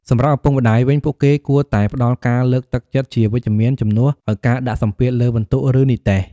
សម្រាប់ឪពុកម្ដាយវិញ ពួកគេគួរតែផ្តល់ការលើកទឹកចិត្តជាវិជ្ជមាន ជំនួសឱ្យការដាក់សម្ពាធលើពិន្ទុ ឬនិទ្ទេស។